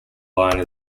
line